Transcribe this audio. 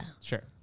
Sure